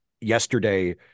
yesterday